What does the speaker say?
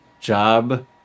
job